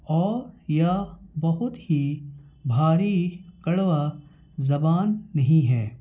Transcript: اور یہ بہت ہی بھاری کڑوا زبان نہیں ہے